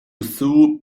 sew